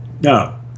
no